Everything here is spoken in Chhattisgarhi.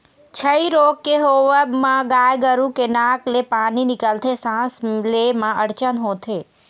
छई रोग के होवब म गाय गरु के नाक ले पानी निकलथे, सांस ले म अड़चन होथे